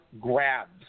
grabs